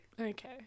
Okay